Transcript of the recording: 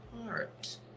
heart